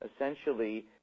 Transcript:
essentially